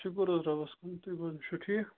شُکُر حظ رۄبَس کُن تُہۍ بوزنٲیِو تُہۍ چھِو ٹھیٖک